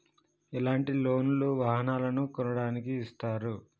ఇలాంటి లోన్ లు వాహనాలను కొనడానికి ఇస్తారు